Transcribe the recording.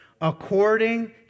According